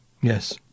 yes